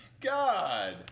God